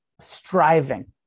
striving